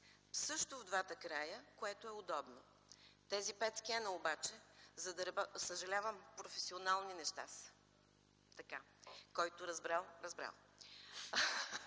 също в двата края, което е удобно. Тези петскена обаче, за да работят… (Реплики.) … Съжалявам, професионални неща са. Така, който разбрал, разбрал!